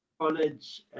college